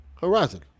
Horizon